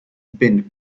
been